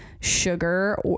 Sugar